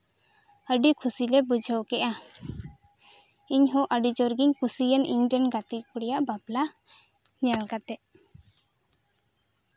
ᱟᱹᱰᱤ ᱠᱩᱥᱤ ᱞᱮ ᱵᱩᱡᱷᱟᱹᱣ ᱠᱮᱫᱼᱟ ᱤᱧ ᱦᱚᱸ ᱟᱹᱰᱤ ᱡᱳᱨ ᱜᱤᱧ ᱠᱩᱥᱤᱭᱮᱱᱟ ᱤᱧᱨᱮᱱ ᱜᱟᱛᱮ ᱠᱩᱲᱤᱭᱟᱜ ᱵᱟᱯᱞᱟ ᱧᱮᱞ ᱠᱟᱛᱮᱫ